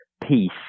Peace